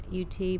UT